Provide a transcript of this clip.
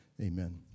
Amen